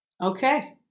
okay